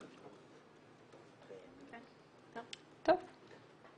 טוב.